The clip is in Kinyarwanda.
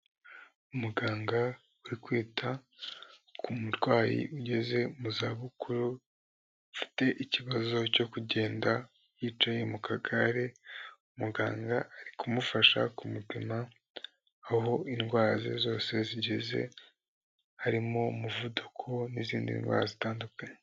Umuganga uri kwita ku murwayi ugeze mu zabukuru, ufite ikibazo cyo kugenda yicaye mu kagare, umuganga ari kumufasha kumupima aho indwara ze zose zigeze, harimo umuvuduko n'izindi ndwara zitandukanye.